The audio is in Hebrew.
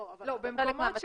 לא תמיד.